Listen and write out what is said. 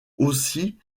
aussi